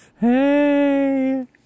Hey